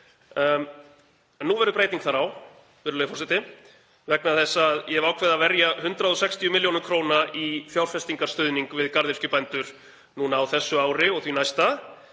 Nú verður breyting þar á, virðulegi forseti, vegna þess að ég hef ákveðið að verja 160 millj. kr. í fjárfestingarstuðning við garðyrkjubændur á þessu ári og því næsta,